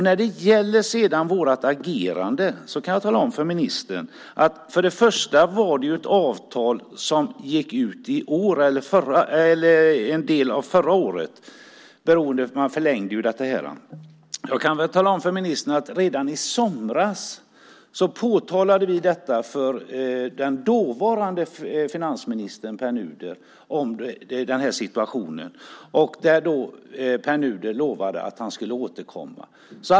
När det sedan gäller vårt agerande kan jag tala om för ministern att avtalet, en del av det, gick ut förra året; det förlängdes ju. Jag kan också tala om för ministern att vi redan i somras påtalade situationen för den dåvarande finansministern Pär Nuder som lovade att han skulle återkomma.